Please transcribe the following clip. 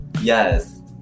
Yes